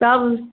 تب